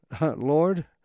Lord